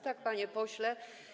Tak, panie pośle.